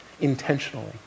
intentionally